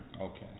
Okay